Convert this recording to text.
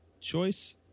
choice